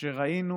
שראינו